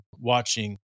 watching